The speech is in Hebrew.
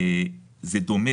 זה הביזנס שלו.